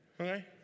Okay